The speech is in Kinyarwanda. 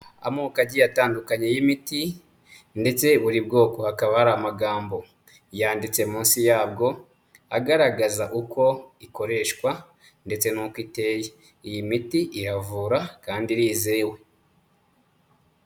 Amokogi atandukanye y'imiti ndetse buri bwoko hakaba hari amagambo yanditse munsi yabwo agaragaza uko ikoreshwa ndetse n'uko iteye, iyi miti iravura kandi irizewe.